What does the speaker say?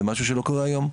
זה משהו שלא קורה היום,